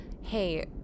hey